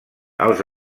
els